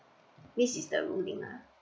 this is the ruling lah